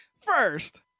First